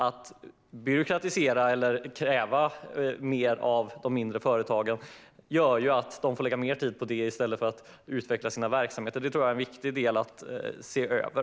Att byråkratisera eller kräva mer av de mindre företagen gör att de får lägga mer tid på det i stället för att utveckla sina verksamheter. Det tror jag är en viktig del att se över.